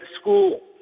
school